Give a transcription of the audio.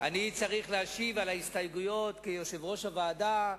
אני צריך להשיב על ההסתייגויות כיושב-ראש הוועדה,